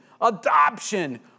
adoption